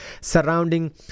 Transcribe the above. surrounding